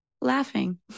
laughing